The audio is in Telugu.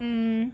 ఆ